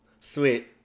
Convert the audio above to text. Sweet